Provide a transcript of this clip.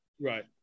Right